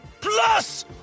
PLUS